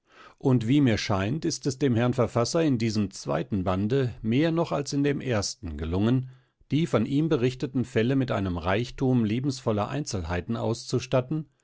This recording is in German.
und wie mir scheint ist es dem herrn verfasser in diesem zweiten bande mehr noch als in dem ersten gelungen die von ihm berichteten fälle mit einem reichtum lebensvoller einzelheiten auszustatten